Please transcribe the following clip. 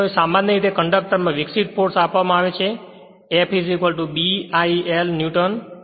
તેથી હવે સામાન્ય રીતે કંડક્ટરમાં વિકસિત ફોર્સ આપવામાં આવે છે F B I l Newton